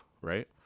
right